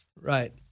Right